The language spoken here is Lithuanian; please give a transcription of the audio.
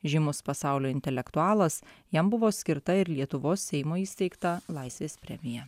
žymus pasaulio intelektualas jam buvo skirta ir lietuvos seimo įsteigta laisvės premija